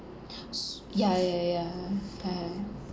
s~ ya ya ya ya ya ya